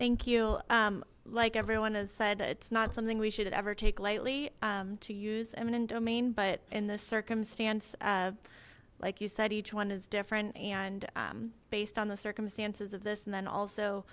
thank you like everyone has said it's not something we should ever take lightly to use eminent domain but in this circumstance like you said each one is different and based on the circumstances of this and then also